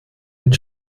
mit